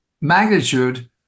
magnitude